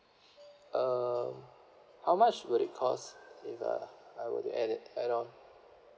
um how much would it cost if uh I were to add it add on